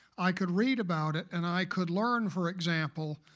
i could read about it and i could learn, for example,